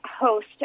host